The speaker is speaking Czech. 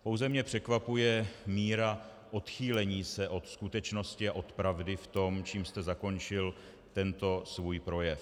Pouze mě překvapuje míra odchýlení se od skutečnosti a od pravdy v tom, čím jste zakončil tento svůj projev.